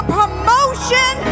promotion